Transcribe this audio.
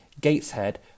Gateshead